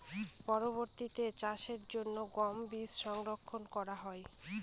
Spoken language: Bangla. পরবর্তিতে চাষের জন্য গম বীজ সংরক্ষন করা হয়?